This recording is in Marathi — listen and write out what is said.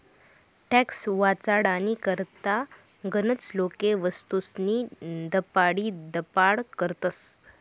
टॅक्स वाचाडानी करता गनच लोके वस्तूस्नी दपाडीदपाड करतस